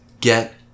get